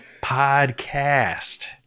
podcast